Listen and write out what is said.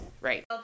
Right